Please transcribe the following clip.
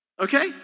Okay